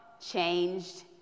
changed